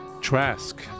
Trask